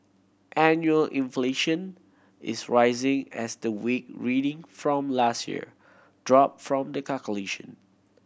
annual inflation is rising as the weak reading from last year drop from the calculation